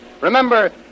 Remember